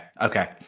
Okay